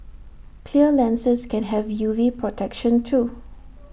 clear lenses can have U V protection too